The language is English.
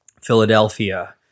Philadelphia